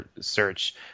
search